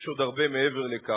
יש עוד הרבה מעבר לכך.